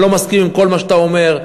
אני לא מסכים לכל מה שאתה אומר,